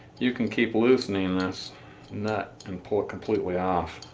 you can keep loosening this nut and pull it completely off.